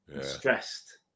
Stressed